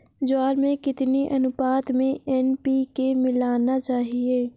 ज्वार में कितनी अनुपात में एन.पी.के मिलाना चाहिए?